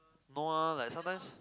no lah like sometimes